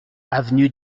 avenue